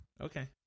Okay